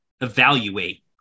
evaluate